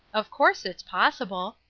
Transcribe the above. of course it is possible.